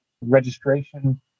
registration